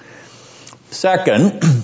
Second